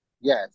Yes